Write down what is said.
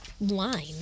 line